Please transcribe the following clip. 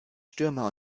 stürmer